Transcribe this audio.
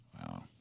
Wow